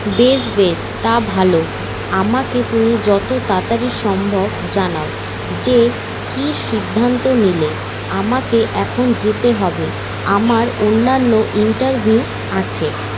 বেশ বেশ তা ভালো আমাকে তুমি যত তাড়াতাড়ি সম্ভব জানাও যে কি সিদ্ধান্ত নিলে আমাকে এখন যেতে হবে আমার অন্যান্য ইন্টারভিউ আছে